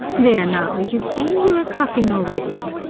there now, you see, you are coughing already.